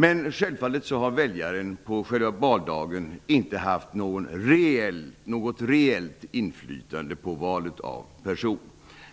Men självfallet har väljaren på själva valdagen inte haft något reellt inflytande över valet av person.